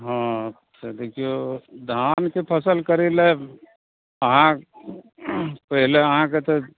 हँ तऽ देखियौ धानके फसल करय लए अहाँ पहिले अहाँके तऽ